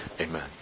Amen